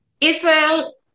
Israel